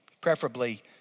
preferably